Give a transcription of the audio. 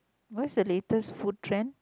what's the latest food trend